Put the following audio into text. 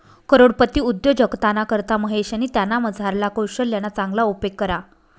करोडपती उद्योजकताना करता महेशनी त्यानामझारला कोशल्यना चांगला उपेग करा